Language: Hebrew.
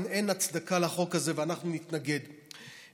אין הצדקה לחוק הזה, ואנחנו נתנגד לו.